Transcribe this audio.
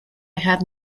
had